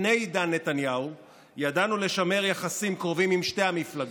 לפני עידן נתניהו ידענו לשמר יחסים קרובים עם שתי המפלגות,